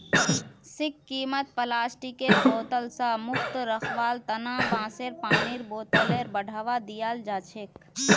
सिक्किमत प्लास्टिकेर बोतल स मुक्त रखवार तना बांसेर पानीर बोतलेर बढ़ावा दियाल जाछेक